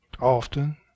often